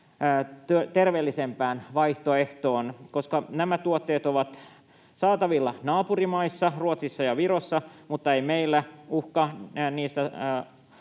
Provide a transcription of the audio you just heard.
terveellisempään vaihtoehtoon. Koska nämä tuotteet ovat saatavilla naapurimaissa, Ruotsissa ja Virossa, mutta eivät meillä, uhka on, että